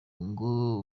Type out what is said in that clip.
ngo